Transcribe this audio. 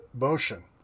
motion